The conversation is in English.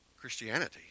Christianity